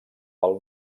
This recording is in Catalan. pel